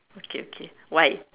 okay okay why